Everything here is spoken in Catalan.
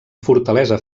fortalesa